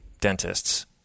dentists